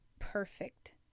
perfect